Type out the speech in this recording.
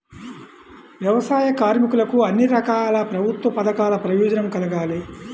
వ్యవసాయ కార్మికులకు అన్ని రకాల ప్రభుత్వ పథకాల ప్రయోజనం కలగాలి